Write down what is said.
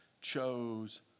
chose